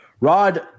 Rod